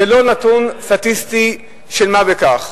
זה לא נתון סטטיסטי של מה בכך.